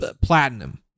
Platinum